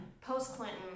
Post-Clinton